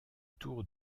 tour